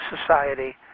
society